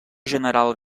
general